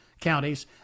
counties